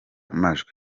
majwi